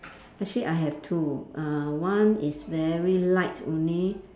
actually I have two uh one is very light only